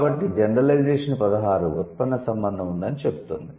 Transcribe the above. కాబట్టి జెన్ 16 ఉత్పన్న సంబంధం ఉందని చెబుతుంది